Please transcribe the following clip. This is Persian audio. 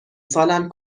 سالم